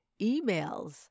emails